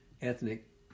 ethnic